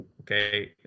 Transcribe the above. okay